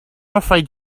afraid